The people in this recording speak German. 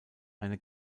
eine